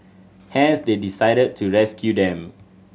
hence they decided to rescue them